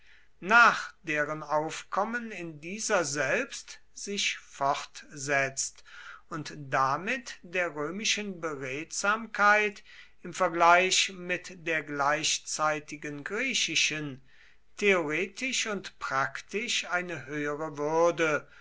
nach deren aufkommen in dieser selbst sich fortsetzt und damit der römischen beredsamkeit im vergleich mit der gleichzeitigen griechischen theoretisch und praktisch eine höhere würde